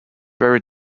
very